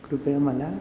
कृपया मला